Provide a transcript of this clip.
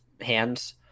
hands